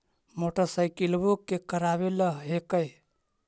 मोटरसाइकिलवो के करावे ल हेकै?